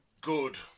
good